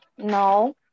No